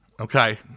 Okay